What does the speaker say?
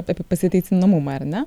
apie pasiteisinamumą ar ne